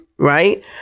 Right